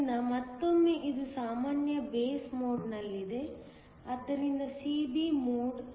ಆದ್ದರಿಂದ ಮತ್ತೊಮ್ಮೆ ಇದು ಸಾಮಾನ್ಯ ಬೇಸ್ ಮೋಡ್ ನಲ್ಲಿದೆ ಆದ್ದರಿಂದ CB ಮೋಡ್